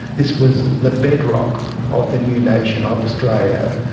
this was the bedrock of the new nation of australia,